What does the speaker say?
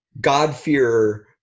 God-fearer